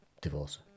Divorce